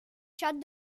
shut